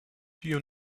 your